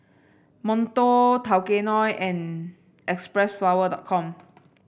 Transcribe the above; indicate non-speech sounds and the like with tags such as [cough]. Monto Tao Kae Noi and Xpressflower dot com [noise]